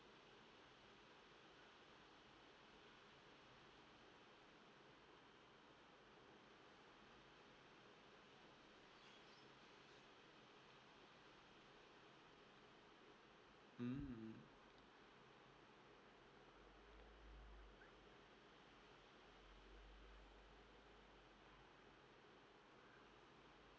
mm